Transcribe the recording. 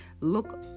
Look